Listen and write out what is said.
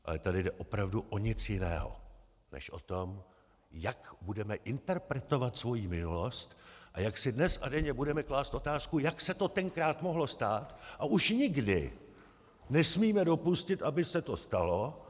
Ale tady nejde opravdu o nic jiného než o to, jak budeme interpretovat svoji minulost a jak si dnes a denně budeme klást otázku, jak se to tenkrát mohlo stát, a už nikdy nesmíme dopustit, aby se to stalo.